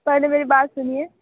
पहले मेरी बात सुनिए